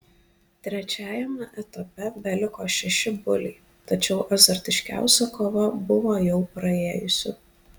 trečiajame etape beliko šeši buliai tačiau azartiškiausia kova buvo jau praėjusi